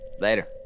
Later